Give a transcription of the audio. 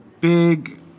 big